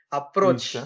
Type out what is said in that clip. approach